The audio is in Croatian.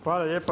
Hvala lijepa.